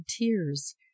tears